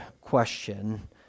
question